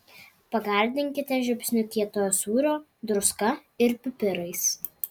pagardinkite žiupsniu kietojo sūrio druska ir pipirais